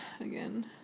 again